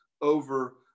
over